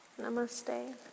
Namaste